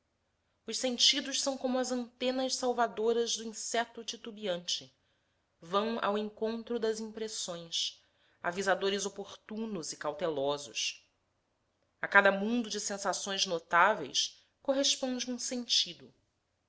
os sentidos são como as antenas salvadoras do inseto titubeante vão ao encontro das impressões avisadores oportunos e cautelosos a cada mundo de sensações notáveis corresponde um sentido